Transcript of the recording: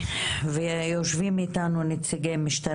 ואומרים לכי תפטרי מזה,